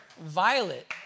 Violet